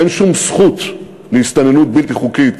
אין שום זכות להסתננות בלתי חוקית